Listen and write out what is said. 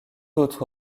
autre